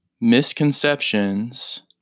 misconceptions